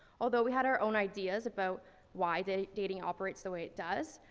although we had our own ideas about why da dating operates the way it does,